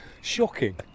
Shocking